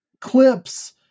clips